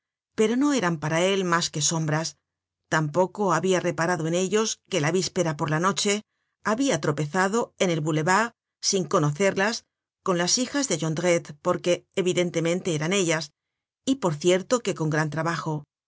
pero no eran para él mas que sombras tampoco habia reparado en ellos que la víspera por la noche habia tropezado en el boulevard sin conocerlas con las hijas de jondrette porque evidentemente eran ellas y por cierto que con gran trabajo